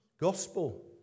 gospel